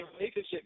relationship